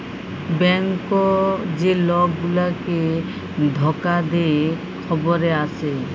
bank যে লক গুলাকে ধকা দে খবরে আসে